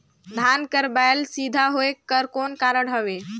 धान कर बायल सीधा होयक कर कौन कारण हवे?